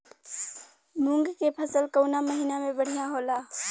मुँग के फसल कउना महिना में बढ़ियां होला?